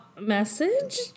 message